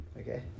Okay